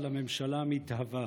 על הממשלה המתהווה.